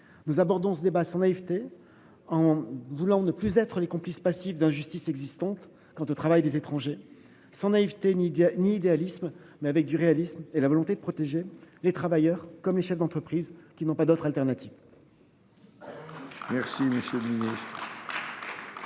Nous abordons ce débat sans naïveté en voulant ne plus être les complices passifs d'injustices existantes. Quant au travail des étrangers sans naïveté ni Diane idéalisme mais avec du réalisme et la volonté de protéger les travailleurs comme les chefs d'entreprises qui n'ont pas d'autre alternative.